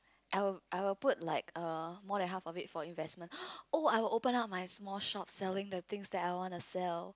I will I will put like err more than half of it for investment oh I will open up my small shop selling the things that I want to sell